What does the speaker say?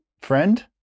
friend